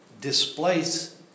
displace